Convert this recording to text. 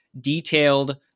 detailed